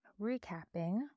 recapping